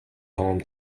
home